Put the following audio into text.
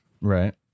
right